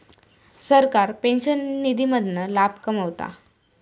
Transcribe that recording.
सरकार पेंशन निधी मधना लाभ कमवता